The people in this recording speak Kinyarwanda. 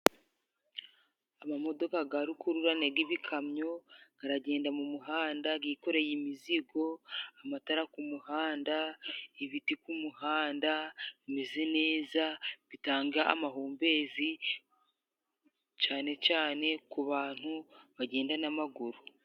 Amamodoka ga rukururana g'ibikamyo aragenda mu muhanda gikoreye imizigo, amatara ku muhanda, ibiti ku muhanda bimeze neza bitanga amahumbezi cane cane ku bantu bagenda n'amaguru.